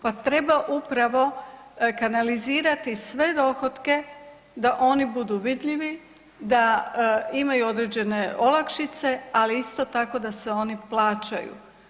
Pa treba upravo kanalizirati sve dohotke da oni budu vidljivi, da imaju određene olakšice, ali isto tako da se oni plaćaju.